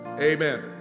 amen